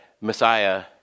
Messiah